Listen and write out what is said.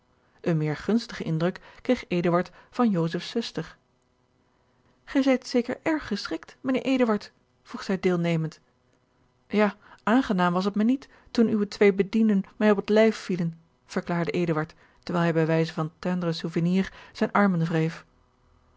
een meer gunstigen indruk kreeg eduard van joseph's zuster gij zijt zeker erg geschikt mijnheer eduard vroeg zij deelnemend ja aangenaam was het mij niet toen uwe twee bedienden mij op het lijf vielen verklaarde eduard terwijl hij bij wijze van tendre souvenir zijne armen wreef